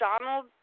Donald